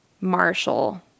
Marshall